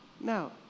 Now